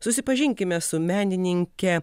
susipažinkime su menininke